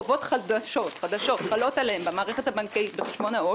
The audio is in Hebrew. חובות חדשות חלות עליהם במערכת הבנקאית בחשבון העו"ש,